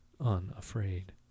unafraid